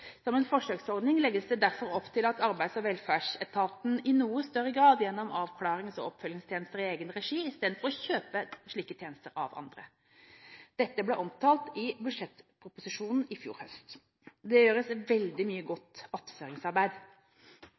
Som en forsøksordning legges det derfor opp til at Arbeids- og velferdsetaten i noe større grad gjennomfører avklarings- og oppfølgingstjenester i egen regi, istedenfor å kjøpe slike tjenester av andre. Dette ble omtalt i budsjettproposisjonen i fjor høst. Det gjøres veldig mye godt attføringsarbeid.